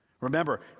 Remember